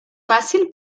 fàcil